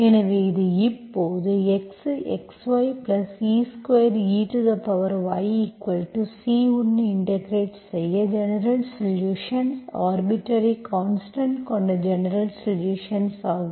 எனவே இதை இப்போது x xyx2eyC உடன் இன்டெகிரெட் செய்ய ஜெனரல்சொலுஷன்ஸ் ஆர்பிட்டர்ரி கான்ஸ்டன்ட் கொண்ட ஜெனரல்சொலுஷன்ஸ் ஆகும்